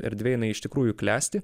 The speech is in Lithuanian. erdvė jinai iš tikrųjų klesti